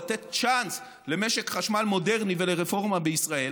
לתת צ'אנס למשק חשמל מודרני ולרפורמה בישראל,